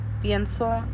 pienso